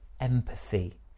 empathy